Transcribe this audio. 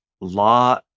law